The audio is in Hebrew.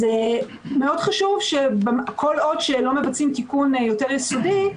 חשוב מאוד שכל עוד לא מבצעים תיקון יסודי יותר,